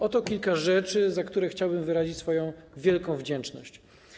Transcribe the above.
Oto kilka rzeczy, za które chciałbym wyrazić swoją wielką wdzięczność.